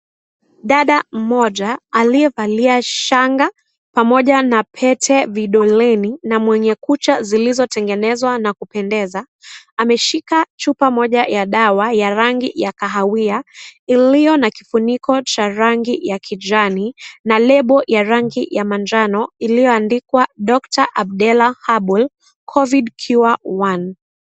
Dada mmoja aliyevalia shanga pamoja na pete vidoleni na mwenye kucha zilizotengenezwa na kupendeza. Ameshika chupa moja ya dawa ya rangi ya kahawia iliyo na kifuniko cha rangi ya kijani na lebo ya rangi ya manjano Iliyoandikwa " Doctor Abdella Herbal Covid ikiwa one "